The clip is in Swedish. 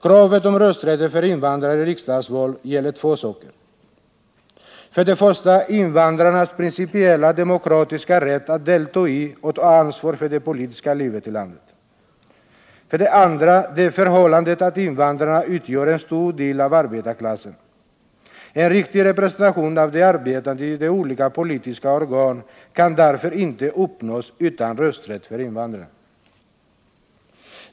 Kravet på rösträtt för invandrare i riksdagsval gäller två saker: för det första invandrarnas principiellt demokratiska rätt att delta i och ta ansvar för det politiska livet i landet. För det andra det förhållandet att invandrarna utgör en stor del av arbetarklassen. En riktig representation av de arbetande i olika politiska organ kan därför inte uppnås utan rösträtt för invandrarna.